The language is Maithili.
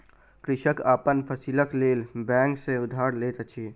कृषक अपन फसीलक लेल बैंक सॅ उधार लैत अछि